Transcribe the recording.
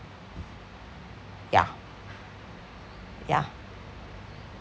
yeah yeah